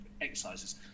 exercises